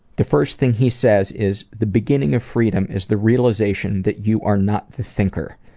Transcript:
the first thing he says is the beginning of freedom is the realization that you are not the thinker.